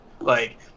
Like-